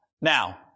Now